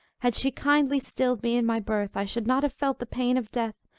had she kindly stilled me in my birth, i should not have felt the pain of death,